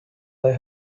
they